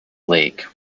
lake